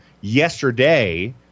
yesterday